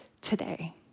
today